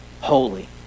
holy